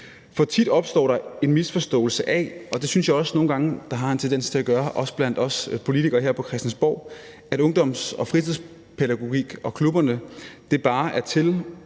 Tit opstår der en misforståelse af, og det synes jeg også der nogle gange er en tendens til blandt os politikere her på Christiansborg, at ungdoms- og fritidspædagogikklubberne bare er til